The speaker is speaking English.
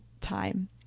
time